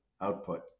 output